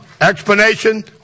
Explanation